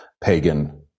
pagan